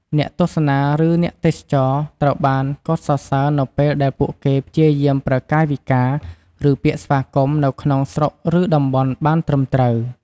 អ្នកទស្សនា ឬអ្នកទេសចរត្រូវបានកោតសរសើរនៅពេលដែលពួកគេព្យាយាមប្រើកាយវិការឬពាក្យស្វាគមន៍នៅក្នុងស្រុកឬតំបន់បាន ត្រឹមត្រូវ។